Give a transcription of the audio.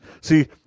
See